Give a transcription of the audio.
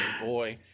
boy